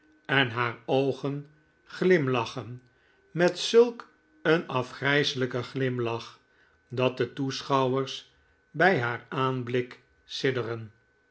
en haar oogen glimlachen met zulk een afgrijselijken glimlach dat de toeschouwers bij haar aanblik